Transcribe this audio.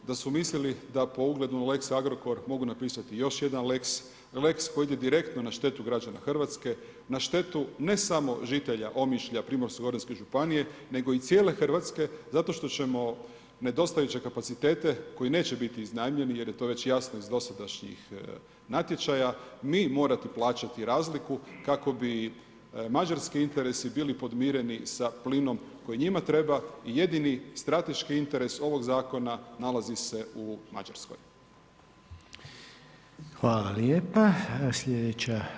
Da su mislili da po ugledu na lex Agrokor mogu napisati još jedan lex, lex koji ide direktno na štetu građana Hrvatske, na štetu, ne samo žitelja Omišlja primorsko-goranske županije, nego i cijele Hrvatske zato što ćemo nedostajeće kapacitete, koji neće biti iznajmljeni, jer je to već jasno iz dosadašnjih natječaja, mi morati plaćati razliku kako bi mađarski interesi bili podmireni sa plinom koji njima treba i jedini strateški interes ovog zakona nalazi se u Mađarskoj.